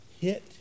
hit